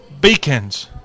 beacons